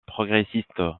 progressiste